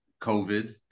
COVID